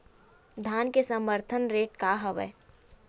धान के समर्थन रेट का हवाय?